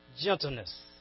Gentleness